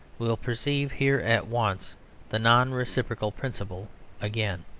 will perceive here at once the non-reciprocal principle again.